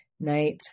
night